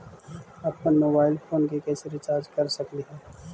अप्पन mobile phone के कैसे रिचार्ज कर सकली हे?